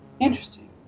Interesting